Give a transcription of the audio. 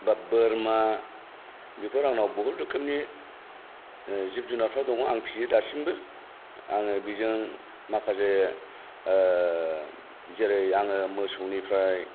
बा बोरमा बेफोर आंनाव बहुद रोखोमनि जिब जुनारफ्रा दङ आं फिसियो दासिमबो आङो बिजों माखासे जेरै आङो मोसौनिफ्राय